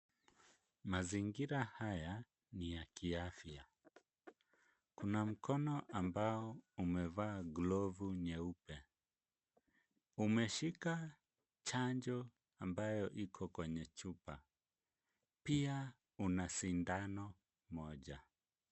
Mazingira haya ni ya kiafya. Kuna mkono ambao umevaa glovu nyeupe umeshika chanjo ambayo iko kwenye chupa pia una sindano moja.